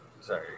Sorry